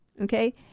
Okay